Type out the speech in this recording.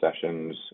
sessions